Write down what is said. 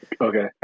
okay